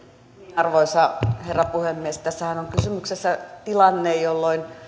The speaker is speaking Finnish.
arvoisa herra puhemies tässähän on kysymyksessä tilanne että